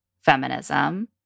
feminism